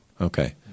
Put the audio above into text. okay